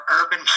Urban